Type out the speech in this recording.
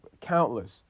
countless